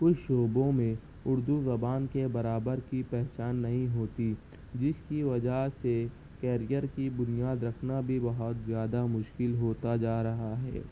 کچھ شعبوں میں اردو زبان کے برابر کی پہچان نہیں ہوتی جس کی وجہ سے کیریئر کی بنیاد رکھنا بھی بہت زیادہ مشکل ہوتا جا رہا ہے